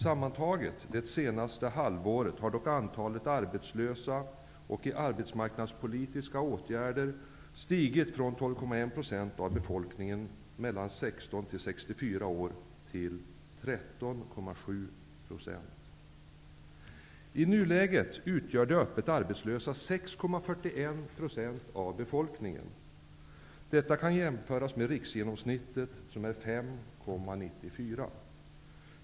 Sammantaget har dock under det senaste halvåret antalet arbetslösa och i arbetsmarknadspolitiska åtgärder stigit från 12,1 % I nuläget utgör de öppet arbetslösa 6,41 % av befolkningen i länet. Detta kan jämföras med riksgenomsnittet, som är 5,94 %.